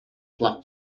flap